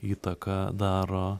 įtaką daro